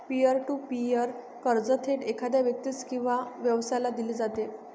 pier to peer कर्ज थेट एखाद्या व्यक्तीस किंवा व्यवसायाला दिले जाते